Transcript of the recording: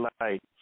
light